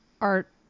art